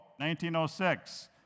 1906